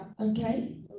okay